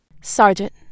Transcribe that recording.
Sergeant